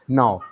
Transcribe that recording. now